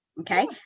Okay